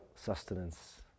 Sustenance